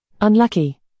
Unlucky